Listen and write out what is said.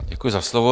Děkuji za slovo.